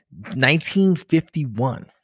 1951